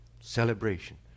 Celebration